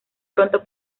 pronto